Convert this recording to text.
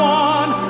one